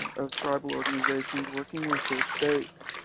of tribal organizations working with their state,